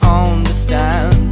understand